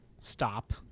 stop